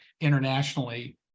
internationally